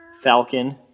Falcon